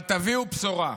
אבל תביאו בשורה.